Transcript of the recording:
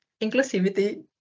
inclusivity